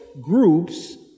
groups